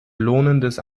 lohnendes